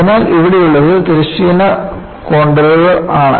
നമുക്ക് ഇവിടെയുള്ളത് തിരശ്ചീന കോൺണ്ടർകൾ ആണ്